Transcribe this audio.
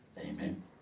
Amen